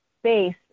space